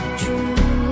true